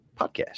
Podcast